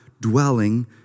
dwelling